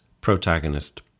protagonist